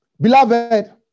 Beloved